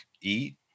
eat